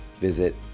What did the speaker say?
visit